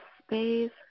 space